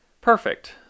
Perfect